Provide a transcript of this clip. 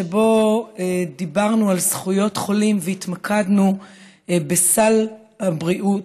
שבו דיברנו על זכויות חולים והתמקדנו בסל הבריאות,